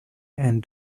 and